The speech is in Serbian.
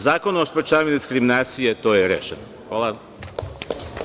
Zakon o sprečavanju diskriminacije, to je rešeno.